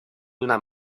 una